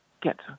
get